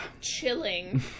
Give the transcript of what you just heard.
Chilling